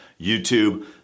YouTube